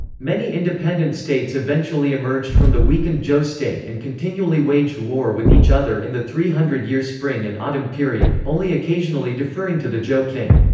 many independent states eventually emerged from the weakened zhou state and continually waged war with each other in the three hundred year spring and autumn period, only occasionally deferring to the zhou king.